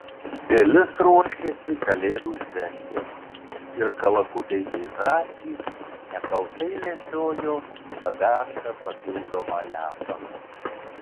pilis ruošėsi kalėdų šventėms ir kalakutai bei žąsys nekaltai lesiojo pabertą papildomą lesalą